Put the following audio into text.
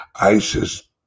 ISIS